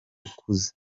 ukuze